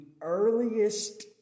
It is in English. earliest